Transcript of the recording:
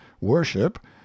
worship